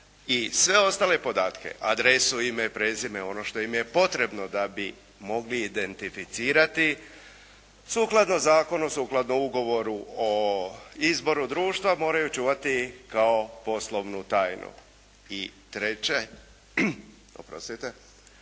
i sve ostale podatke, adresu, ime i prezime, ono što im je potrebno da bi mogli identificirati, sukladno zakonu, sukladno ugovoru o izboru društva moraju čuvati kao poslovnu tajnu. I treće, Ministarstvo